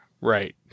Right